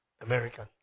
American